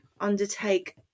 undertake